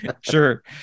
Sure